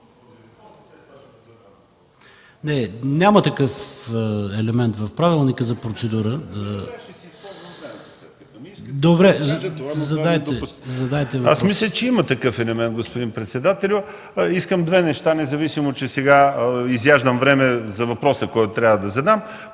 Няма такъв елемент в правилника за процедура. Задайте въпроса си. ПЕТЪР МУТАФЧИЕВ (КБ): Аз мисля, че има такъв елемент, господин председател! Искам две неща, независимо че сега изяждам време за въпроса, който трябва да задам.